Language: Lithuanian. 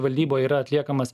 valdyboj yra atliekamas